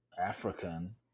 African